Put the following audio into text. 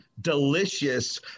Delicious